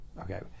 okay